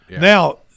Now